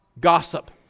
gossip